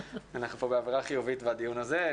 באווירה חיובית בדיון הזה,